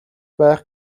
байх